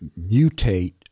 mutate